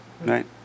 right